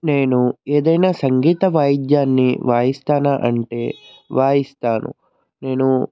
నేను ఏదైనా సంగీత వాయిద్యాన్ని వాయిస్తానా అంటే వాయిస్తాను నేను